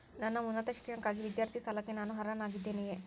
ನನ್ನ ಉನ್ನತ ಶಿಕ್ಷಣಕ್ಕಾಗಿ ವಿದ್ಯಾರ್ಥಿ ಸಾಲಕ್ಕೆ ನಾನು ಅರ್ಹನಾಗಿದ್ದೇನೆಯೇ?